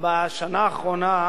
בשנה האחרונה,